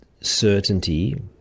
certainty